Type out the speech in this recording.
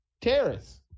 Terrace